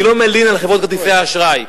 אני לא מלין על חברות כרטיסי האשראי,